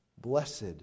Blessed